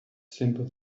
simple